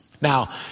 Now